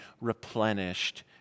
replenished